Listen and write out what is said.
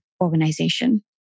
organization